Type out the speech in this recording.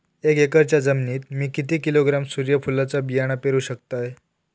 एक एकरच्या जमिनीत मी किती किलोग्रॅम सूर्यफुलचा बियाणा पेरु शकतय?